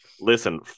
Listen